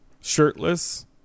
shirtless